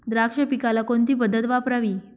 द्राक्ष पिकाला कोणती पद्धत वापरावी?